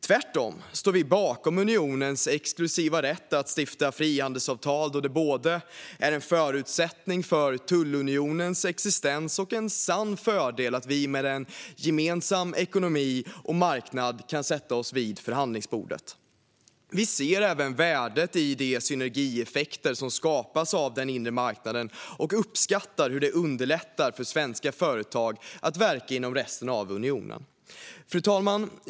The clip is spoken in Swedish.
Tvärtom står vi bakom unionens exklusiva rätt att stifta frihandelsavtal, då det är både en förutsättning för tullunionens existens och en sann fördel att vi med en gemensam ekonomi och marknad kan sätta oss vid förhandlingsbordet. Vi ser även värdet i de synergieffekter som skapas av den inre marknaden och uppskattar hur den underlättar för svenska företag att verka inom resten av unionen. Fru talman!